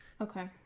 Okay